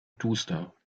duster